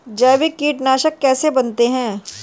जैविक कीटनाशक कैसे बनाते हैं?